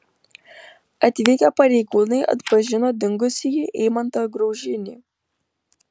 atvykę pareigūnai atpažino dingusįjį eimantą graužinį